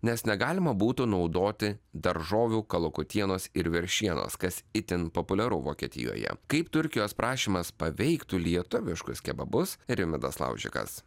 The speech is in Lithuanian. nes negalima būtų naudoti daržovių kalakutienos ir veršienos kas itin populiaru vokietijoje kaip turkijos prašymas paveiktų lietuviškus kebabus rimvydas laužikas